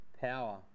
power